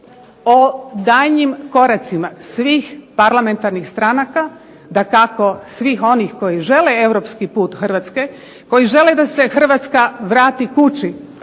o daljnjim koracima svih parlamentarnih stranaka, dakako svih onih koji žele europski put Hrvatske koji žele da se Hrvatska vrati kući,